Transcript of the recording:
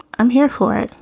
i'm here for it.